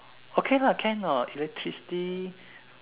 okay lah can or not electricity